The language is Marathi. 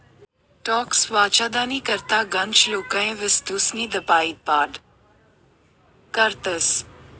टॅक्स वाचाडानी करता गनच लोके वस्तूस्नी दपाडीदपाड करतस